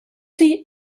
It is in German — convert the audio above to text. sie